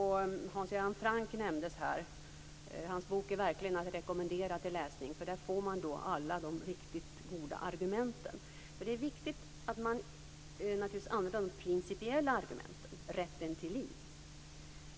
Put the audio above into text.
Hans Göran Franck nämndes här, och hans bok är verkligen att rekommendera till läsning. Där får man alla de riktigt goda argumenten. Det är förstås viktigt att man använder det principiella argumentet - rätten till liv.